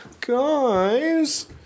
Guys